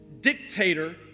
dictator